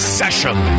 session